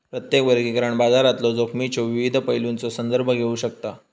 प्रत्येक वर्गीकरण बाजारातलो जोखमीच्यो विविध पैलूंचो संदर्भ घेऊ शकता